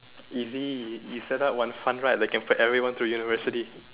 easy you set up one fund right that can put everyone through university